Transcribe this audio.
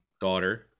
daughter